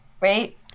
Right